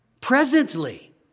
presently